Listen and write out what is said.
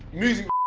music